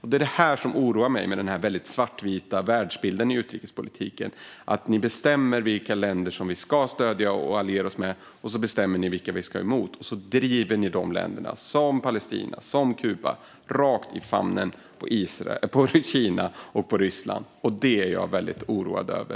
Det som oroar mig med den väldigt svartvita världsbilden i utrikespolitiken är att när ni bestämmer vilka länder som vi ska stödja och alliera oss med och vilka vi ska vara emot så driver ni länder som Palestina och Kuba rakt i famnen på Kina och Ryssland. En sådan utveckling är jag väldigt oroad över.